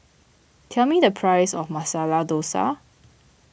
tell me the price of Masala Dosa